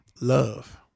Love